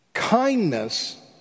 Kindness